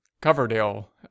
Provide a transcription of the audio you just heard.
Coverdale